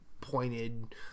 pointed